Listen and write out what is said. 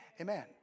amen